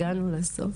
הגענו לסוף.